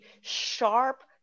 sharp